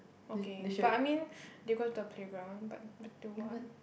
okay but I mean they go to a playground but but do what